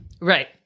Right